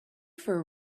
for